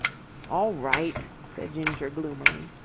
all right, said ginger gloomily.